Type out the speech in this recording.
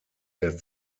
der